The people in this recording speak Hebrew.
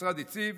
המשרד הציב.